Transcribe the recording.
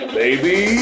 baby